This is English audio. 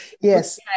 Yes